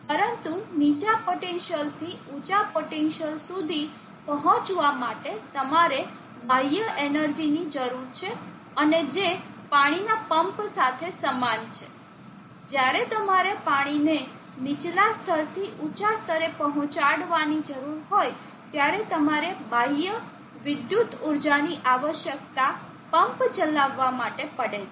પરંતુ નીચા પોટેન્સિઅલથી ઉચાં પોટેન્સિઅલ સુધી પહોંચવા માટે તમારે બાહ્ય એનર્જીની જરૂર છે અને જે પાણીના પંપ સાથે સમાન છે જ્યારે તમારે પાણીને નીચલા સ્તરથી ઉચાં સ્તરે પહોંચાડવાની જરૂર હોય ત્યારે તમારે બાહ્ય વિદ્યુત ઊર્જાની આવશ્યકતા પંપ ચલાવવા માટે પડે છે